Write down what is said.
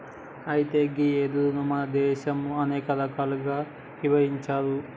అయితే గీ వెదురును మన దేసంలో అనేక రకాలుగా ఇభజించారు